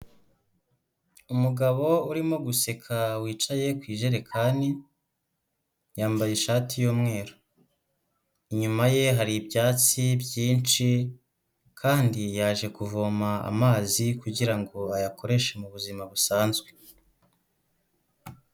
Umugabo urimo guseka wicaye ku ijerekani yambaye ishati y'umweru, inyuma ye hari ibyatsi byinshi kandi yaje kuvoma amazi kugira ngo ayakoreshe mu buzima busanzwe.